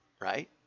right